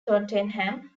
tottenham